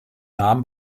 nahm